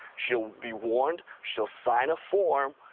she'll be warned. she'll sign a form.